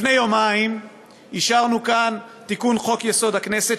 לפני יומיים אישרנו כאן תיקון של חוק-יסוד: הכנסת